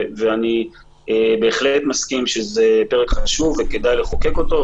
אני בהחלט מסכים שזה פרק חשוב וכדאי לחוקק אותו,